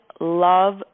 love